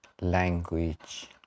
Language